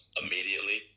immediately